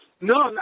No